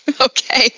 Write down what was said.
Okay